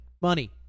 money